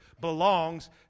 belongs